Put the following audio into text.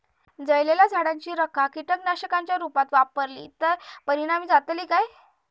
जळालेल्या झाडाची रखा कीटकनाशकांच्या रुपात वापरली तर परिणाम जातली काय?